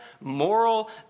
moral